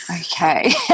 Okay